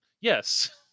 Yes